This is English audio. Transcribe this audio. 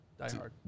diehard